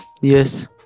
yes